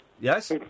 Yes